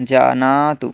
जानातु